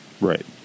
Right